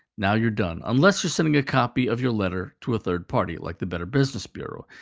now you're done, unless you're sending a copy of your letter to a third party, like the better business bureau.